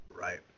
right